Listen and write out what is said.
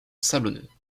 sablonneuses